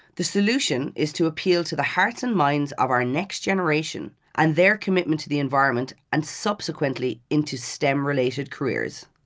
the solution is to appeal to the hearts and minds of our next generation and their commitment to the environment and subsequently into stem-related careers.